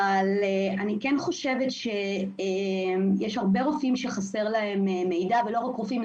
אני חושבת שיש הרבה רופאים שחסר להם מידע ולא רק רופאים,